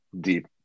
deep